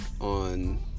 on